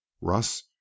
russ